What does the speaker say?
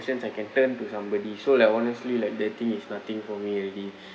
emotions I can turn to somebody so like honestly like that thing is nothing for me already